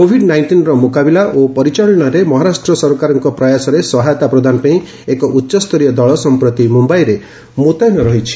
Covid ନାଇଷ୍ଟିନ୍ର ମୁକାବିଲା ଓ ପରିଚାଳନାରେ ମହାରାଷ୍ଟ୍ର ସରକାରଙ୍କ ପ୍ରୟାସରେ ସହାୟତା ପ୍ରଦାନ ପାଇଁ ଏକ ଉଚ୍ଚସ୍ତରୀୟ ଦଳ ସଂପ୍ରତି ମୁମ୍ବାଇରେ ମୁତୟନ ରହିଛି